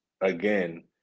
again